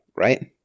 right